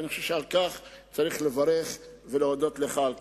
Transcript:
ואני חושב שעל כך צריך לברך ולהודות לך על כך.